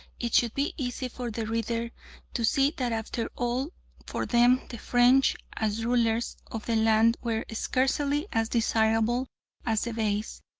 it should be easy for the reader to see that after all for them the french, as rulers of the land, were scarcely as desirable as the beys.